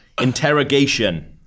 Interrogation